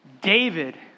David